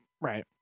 Right